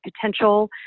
potential